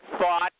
thought